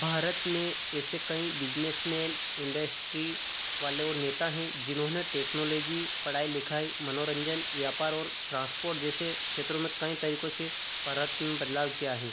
भारत में ऐसे कई बिजनेसमैन इंडश्ट्री वाले ओ नेता हैं जिन्होंने टेक्नोलेजी पढ़ाई लिखाई मनोरंजन व्यापार और ट्रांसपोर्ट जैसे क्मेंषेत्रों कई तरीकों से भारत में बदलाव किया है